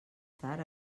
tard